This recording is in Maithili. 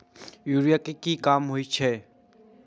यूरिया के की काम होई छै?